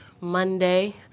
Monday